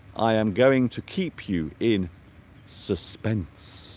i am going to keep you in suspense